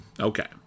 Okay